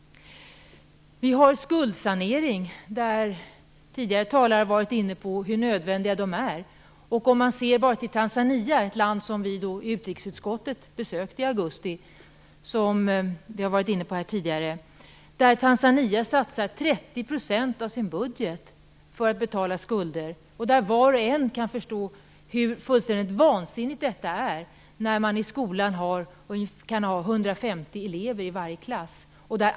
Vi har skuldsanering. Tidigare talare har varit inne på hur nödvändigt det är. Man kan se på Tanzania, ett land som vi i utrikesutskottet som tidigare sagts besökte i augusti. Tanzania satsar 30 % av sin budget för att betala skulder, och var och en kan förstå hur fullständigt vansinnigt detta är när man i skolorna kan ha 150 elever i varje klass.